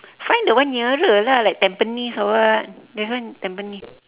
find the one nearer lah like tampines or what there's one tampines